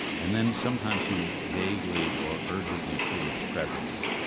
and then sometimes you vaguely, or urgently, feel its presence.